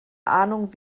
ahnung